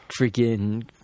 freaking